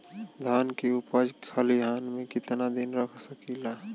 धान के उपज खलिहान मे कितना दिन रख सकि ला?